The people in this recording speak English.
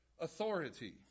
authority